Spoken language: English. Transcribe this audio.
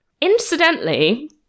Incidentally